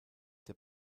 der